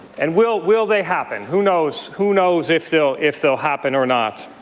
and will will they happen? who knows who knows if they'll if they'll happen or not.